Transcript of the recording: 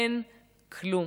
אין כלום,